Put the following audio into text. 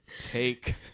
take